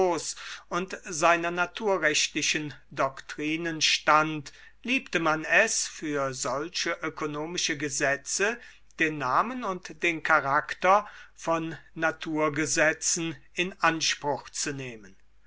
und seiner naturrechtlichen doktrinen stand liebte man es für solche ökonomische gesetze den namen und den charakter von naturgesetzen in anspruch zu nehmen